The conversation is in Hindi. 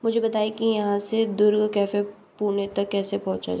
मुझे बताऐं कि यहाँ से दुर्ग कैफ़े पुणे तक कैसे पहुँचा जा